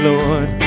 Lord